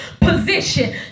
position